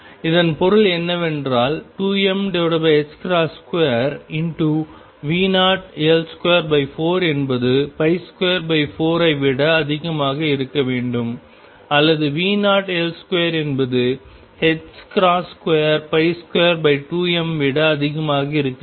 இதன் பொருள் என்னவென்றால் 2m2 V0L24என்பது 24 ஐ விட அதிகமாக இருக்க வேண்டும் அல்லது V0L2 என்பது 222m விட அதிகமாக இருக்க வேண்டும்